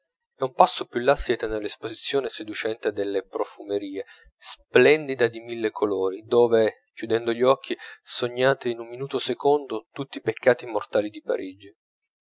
e un passo più là siete nell'esposizione seducente delle profumerie splendida di mille colori dove chiudendo gli occhi sognate in un minuto secondo tutti i peccati mortali di parigi